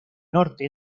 norte